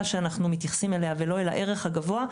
שאנחנו מתייחסים אליה ולא אל הערך הגבוה,